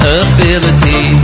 ability